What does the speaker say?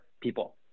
people